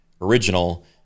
original